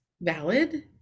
valid